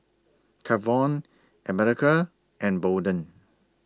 Kavon America and Bolden